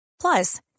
Plus